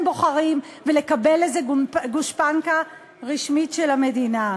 בוחרים ולקבל לזה גושפנקה רשמית של המדינה.